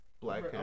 Black